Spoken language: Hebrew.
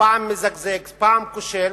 פעם מזגזג, פעם כושל.